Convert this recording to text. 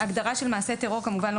אני רק אגיד שהגדרה של מעשה טרור כמובן לא